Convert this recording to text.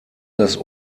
das